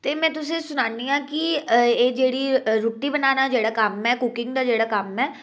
ते में तुसें ई सनानियां की एह् जेह्ड़ी रुट्टी बनाना जेह्ड़ा क'म्म ऐ कुकिंग दा जेह्ड़ा क'म्म ऐ